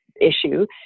issue